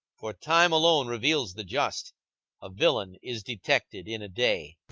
for time alone reveals the just a villain is detected in a day.